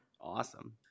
awesome